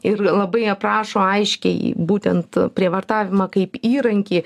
ir labai aprašo aiškiai būtent prievartavimą kaip įrankį